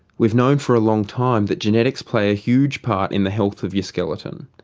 we've known for a long time that genetics play a huge part in the health of your skeleton,